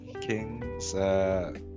Kings